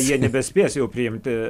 jie nebespės jau priimti